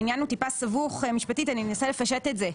העניין הוא טיפה סבוך משפטית אני אנסה לפשט את זה,